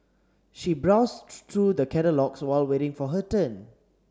she browsed through the catalogues while waiting for her turn